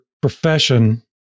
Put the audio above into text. profession